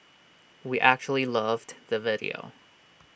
we actually loved the video